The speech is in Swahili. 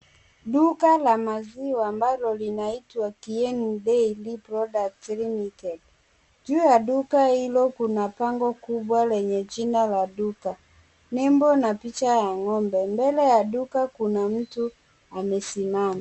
Duka la maziwa ambalo linaitwa KIENI DAIRY PRODUCTS LIMITED. Juu ya duka hiyo kuna bango kubwa lenye jina ya duka, nembo na picha ya ng'ombe. Mbele ye duka kuna mtu amesimama.